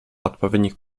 odpowiednich